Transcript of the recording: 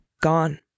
Gone